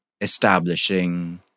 establishing